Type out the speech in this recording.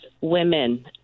women